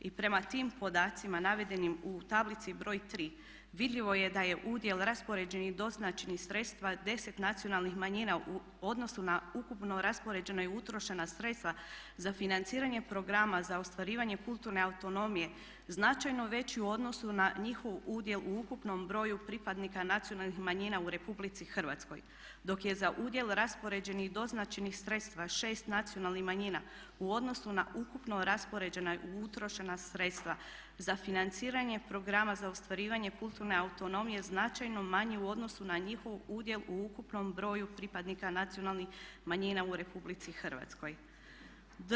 I prema tim podacima navedenim u tablici br. 3 vidljivo da je udjel raspoređenih doznačenih sredstava 10 nacionalnih manjina u odnosu na ukupno raspoređena i utrošena sredstva za financiranje programa za ostvarivanje kulturne autonomije značajno veći u odnosu na njihov udjel u ukupnom broju pripadnika nacionalnih manjina u Republici Hrvatskoj dok je za udjel raspoređenih doznačenih sredstava 6 nacionalnih manjina u odnosu na ukupno raspoređena i utrošena sredstva za financiranje programa za ostvarivanje kulturne autonomije značajno manji u odnosu na njihov udjel u ukupnom broju pripadnika nacionalnih manjina u Republici Hrvatskoj.